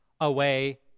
away